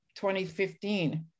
2015